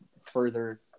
further